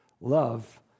Love